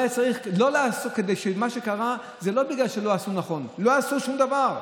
מה שקרה זה לא בגלל שלא עשו נכון, לא עשו שום דבר,